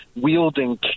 wielding